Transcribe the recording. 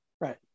Right